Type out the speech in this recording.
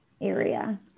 area